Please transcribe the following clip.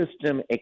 system